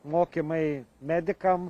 mokymai medikam